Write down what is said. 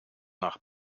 nach